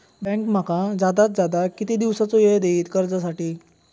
Bank माका जादात जादा किती दिवसाचो येळ देयीत कर्जासाठी?